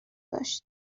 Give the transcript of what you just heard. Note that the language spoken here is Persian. داشت